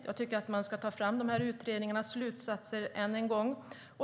Jag tycker att man ska ta fram utredningarnas slutsatser än en gång.